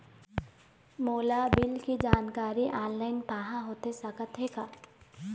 मोला बिल के जानकारी ऑनलाइन पाहां होथे सकत हे का?